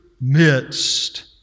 midst